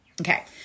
Okay